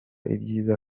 ibyiza